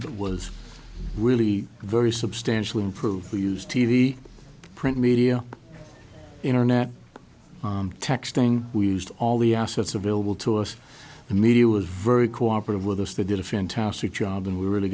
it was really very substantially improved we used t v print media internet texting we used all the assets available to us the media was very cooperative with us they did a fantastic job and we really